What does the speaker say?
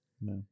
No